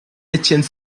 étienne